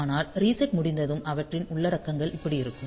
ஆனால் ரீசெட் முடிந்ததும் அவற்றின் உள்ளடக்கங்கள் இப்படி இருக்கும்